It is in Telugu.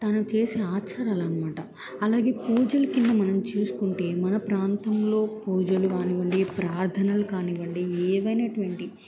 తను చేసే ఆచారాలు అనమాట అలాగే పూజల కింద మనం చూసుకుంటే మన ప్రాంతంలో పూజలు కానివ్వండి ప్రార్థనలు కానివ్వండి ఏవైైనటువంటి